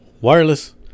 wireless